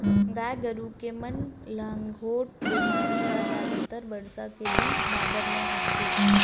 गाय गरु के म गलाघोंट बेमारी ह जादातर बरसा के दिन बादर म होथे